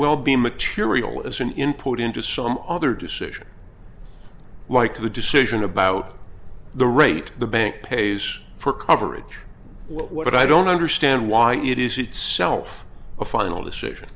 well be material as an input into some other decision like the decision about the rate the bank pays for coverage what i don't understand why it is itself a final decision